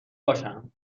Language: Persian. باشم